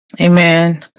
Amen